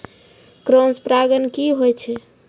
Cross परागण की होय छै?